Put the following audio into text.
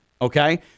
Okay